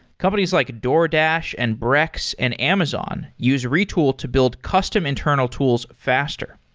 companies like a doordash, and brex, and amazon use retool to build custom internal tools faster.